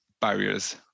barriers